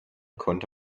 konnte